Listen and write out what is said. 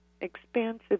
expansive